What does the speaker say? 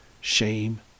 shame